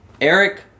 Eric